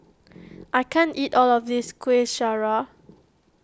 I can't eat all of this Kuih Syara